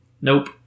Nope